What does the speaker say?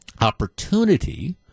opportunity